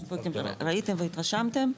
ראיתם והתרשמתם.